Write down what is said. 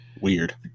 Weird